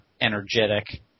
energetic